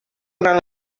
durant